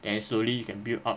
then slowly you can build up